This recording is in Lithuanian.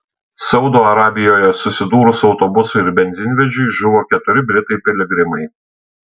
saudo arabijoje susidūrus autobusui ir benzinvežiui žuvo keturi britai piligrimai